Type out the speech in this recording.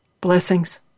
blessings